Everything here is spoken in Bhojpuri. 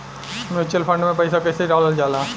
म्यूचुअल फंड मे पईसा कइसे डालल जाला?